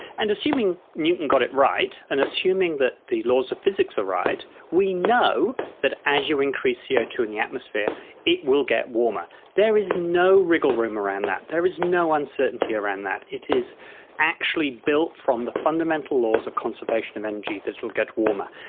and assuming newton got a right, and assuming that the laws of physics are right, we know that as you increase c o two in the atmosphere it will get warmer. there is no wriggle-room around that, there is no uncertainty around that, it is actually built from the fundamental laws of conservation of energy that it will get warmer.